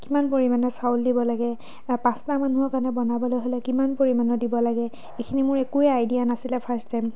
কিমান পৰিমণৰ চাউল দিব লাগে পাঁচটা মানুহৰ কাৰণে বনাবলৈ হ'লে কিমান পৰিমাণৰ দিব লাগে এইখিনি মোৰ একোৱে আইডিয়া নাছিল ফাৰ্ষ্ট টাইম